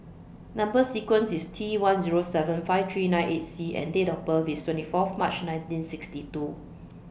Number sequence IS T one Zero seven five three nine eight C and Date of birth IS twenty Fourth March nineteen sixty two